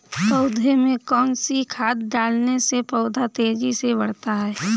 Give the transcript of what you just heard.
पौधे में कौन सी खाद डालने से पौधा तेजी से बढ़ता है?